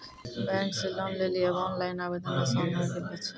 bank से loan लेली आब ओनलाइन आवेदन आसान होय गेलो छै